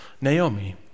Naomi